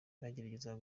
bagerageza